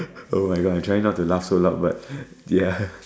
[oh]-my-God I'm trying not to laugh so loud but ya